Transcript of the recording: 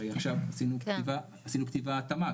הרי עשינו כתיבת התאמה,